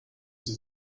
sie